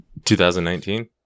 2019